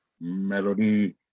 Melody